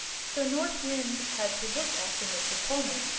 so north wind had to look after mr. coleman,